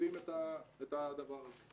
ואוספים את הדבר הזה.